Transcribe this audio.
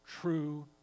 true